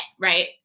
Right